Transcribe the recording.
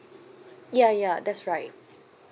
ya ya that's right